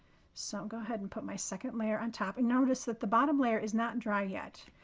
so go ahead and put my second layer on top and notice that the bottom layer is not dry yet,